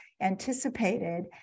anticipated